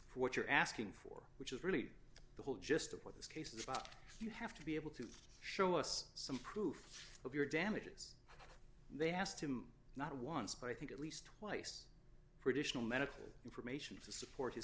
for what you're asking for which is really the whole gist of what this case is about you have to be able to show us some proof of your damages and they asked him not once but i think at least twice for additional medical information to support his